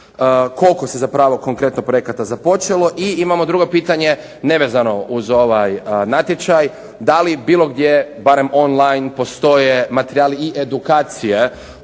koliko se zapravo konkretno projekata započelo i imamo drugo pitanje nevezano uz ovaj natječaj da li bilo gdje barem on line postoje materijali i edukacije